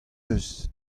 eus